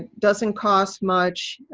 doesn't cost much,